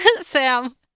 Sam